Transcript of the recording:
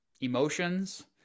emotions